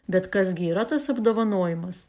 bet kas gi yra tas apdovanojimas